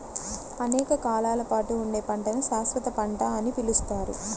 అనేక కాలాల పాటు ఉండే పంటను శాశ్వత పంట అని పిలుస్తారు